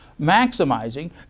maximizing